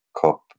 Cup